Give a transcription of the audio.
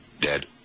Dead